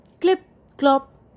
clip-clop